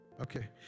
Okay